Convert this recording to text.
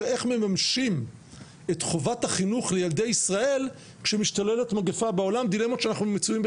איך מממשים את חובת החינוך לילדי ישראל כשמשתוללת מגיפה בעולם,